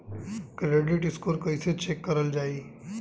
Credit score कइसे check करल जायी?